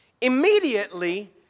immediately